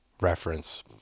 reference